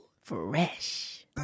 Fresh